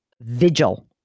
Vigil